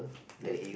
ya